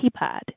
keypad